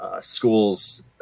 schools